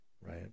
right